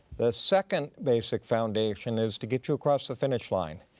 the second basic foundation is to get you across the finish line,